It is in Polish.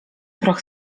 proch